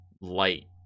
light